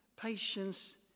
patience